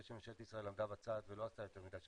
שממשלת ישראל עמדה בצד ולא עשתה יותר מדי.